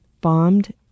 bombed